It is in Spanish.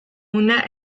una